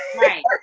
right